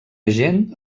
agent